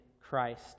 Christ